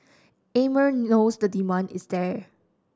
Amer knows the demand is there